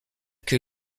que